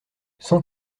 cent